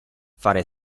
fare